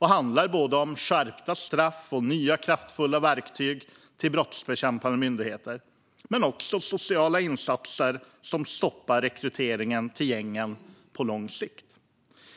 Det handlar om både skärpta straff och nya kraftfulla verktyg till brottsbekämpande myndigheter men också om sociala insatser som stoppar rekryteringen till gängen på lång sikt.